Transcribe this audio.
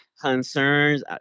concerns